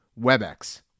WebEx